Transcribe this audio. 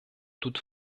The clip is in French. toute